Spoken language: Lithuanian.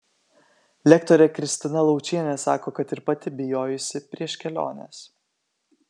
lektorė kristina laučienė sako kad ir pati bijojusi prieš keliones